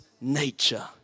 nature